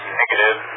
negative